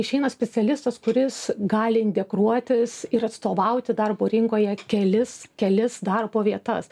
išeina specialistas kuris gali integruotis ir atstovauti darbo rinkoje kelis kelis darbo vietas